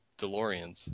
deloreans